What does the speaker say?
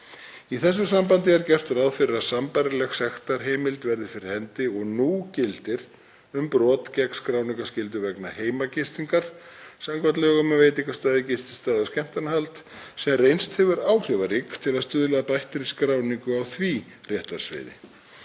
Í þessu sambandi er gert ráð fyrir að sambærileg sektarheimild verði fyrir hendi og nú gildir um brot gegn skráningarskyldu vegna heimagistingar samkvæmt lögum um veitingastaði, gististaði og skemmtanahald sem reynst hefur áhrifarík til að stuðla að bættri skráningu á því réttarsviði.